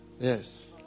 Yes